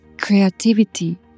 creativity